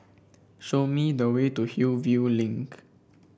show me the way to Hillview Link